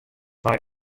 nei